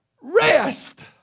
Rest